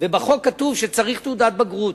בחוק כתוב שצריך תעודת בגרות,